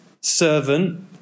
servant